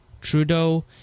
Trudeau